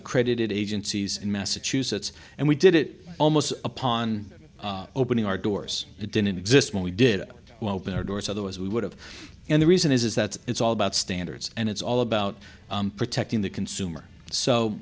accredited agencies in massachusetts and we did it almost upon opening our doors it didn't exist when we did it otherwise we would have and the reason is is that it's all about standards and it's all about protecting the consumer so